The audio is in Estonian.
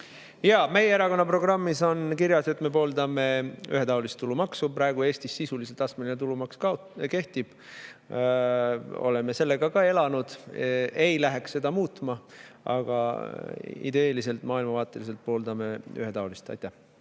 Meie erakonna programmis on kirjas, et me pooldame ühetaolist tulumaksu. Praegu Eestis sisuliselt astmeline tulumaks kehtib. Oleme sellega ka elanud, ei läheks seda muutma, aga ideeliselt, maailmavaateliselt pooldame ühetaolist. Jaa.